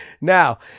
Now